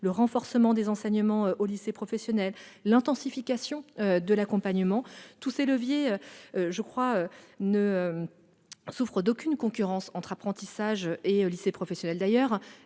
le renforcement des enseignements au lycée professionnel et l'intensification de l'accompagnement. À cet égard, il n'existe aucune concurrence entre apprentissage et lycées professionnels. D'ailleurs,